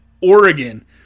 Oregon